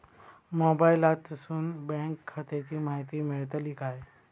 मोबाईलातसून बँक खात्याची माहिती मेळतली काय?